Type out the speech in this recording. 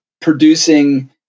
producing –